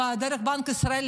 דרך בנק ישראל,